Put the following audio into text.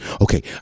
Okay